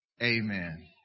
Amen